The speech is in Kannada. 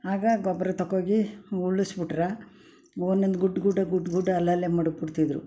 ಆಗ ಗೊಬ್ಬರ ತಕೊ ಹೋಗಿ ಉರುಳಿಸ್ಬಿಟ್ರೆ ಒಂದೊಂದು ಗುಟ್ಟು ಗುಟ ಗುಟ್ಟು ಗುಟ ಅಲ್ಲಲ್ಲೇ ಮಡಗಿ ಬಿಡ್ತಿದ್ದರು